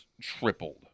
tripled